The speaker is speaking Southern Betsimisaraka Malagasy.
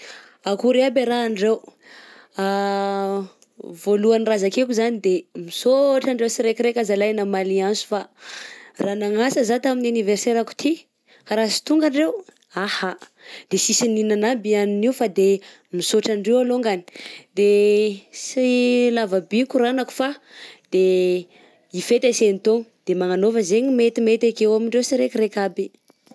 Akory e raha andreo! _x000D_ Voalohany raha zakeko zany de misaotra andreo siraikaraika zalahy namaly anso fa raha nagnasa zah tamin'anniversairako ty, ka raha sy tonga andreo, ahà, de sisy nihinana aby i hagnina io de misoatra andreo alongany, de sy lava be koragnako fa de hifety asena tôgno de magnanaova zany metimety amin'ndreo siraikaraika aby.